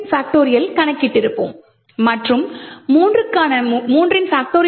ஐக் கணக்கிட்டிருப்போம் மற்றும் 3